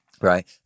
Right